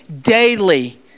daily